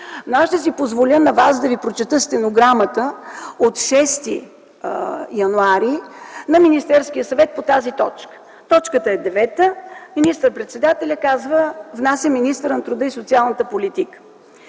Но аз ще си позволя на вас да ви прочета стенограмата от 6 януари т.г. на Министерския съвет по тази точка. Точката е девета. Министър-председателят казва: „Внася министърът на труда и социалната политика”.